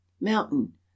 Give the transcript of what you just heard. Mountain